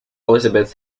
elizabeth